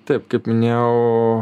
taip kaip minėjau